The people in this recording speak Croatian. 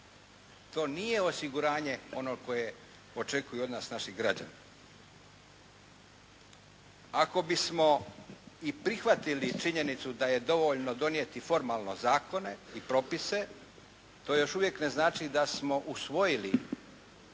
To nije osiguranje ono koje očekuju od nas naši građani. Ako bismo i prihvatili činjenicu da je dovoljno donijeti i formalno zakone i propise to još uvijek ne znači da smo usvojili